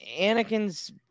anakin's